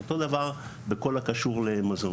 אותו דבר בכל הקשור למזון.